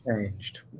Changed